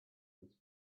was